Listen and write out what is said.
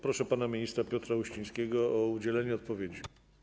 Proszę pana ministra Piotra Uścińskiego o udzielenie odpowiedzi.